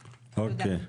תודה.